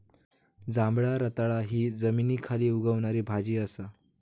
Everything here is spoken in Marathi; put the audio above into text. जांभळा रताळा हि जमनीखाली उगवणारी भाजी असा